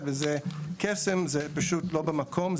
ולהגיד שזה עושה קסם זה פשוט לא במקום.